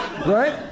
Right